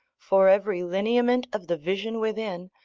for every lineament of the vision within,